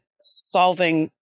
solving